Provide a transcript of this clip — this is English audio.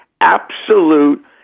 absolute